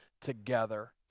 together